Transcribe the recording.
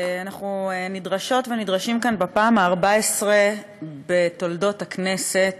אנחנו נדרשות ונדרשים כאן בפעם ה-14 בתולדות הכנסת